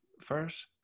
first